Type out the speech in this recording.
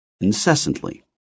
Incessantly